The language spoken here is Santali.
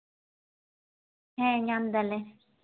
ᱦᱮᱸ ᱧᱟᱢ ᱫᱟᱞᱮ